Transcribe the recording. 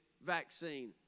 vaccine